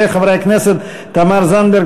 וחברי הכנסת תמר זנדברג,